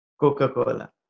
Coca-Cola